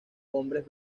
hombres